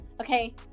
okay